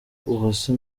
uwase